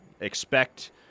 expect